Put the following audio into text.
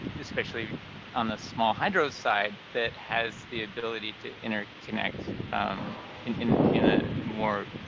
especially on the small hydro side that has the ability to interconnect in in a more